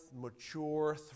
mature